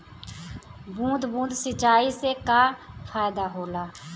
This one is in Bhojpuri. बूंद बूंद सिंचाई से का फायदा होला?